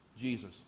Jesus